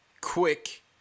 quick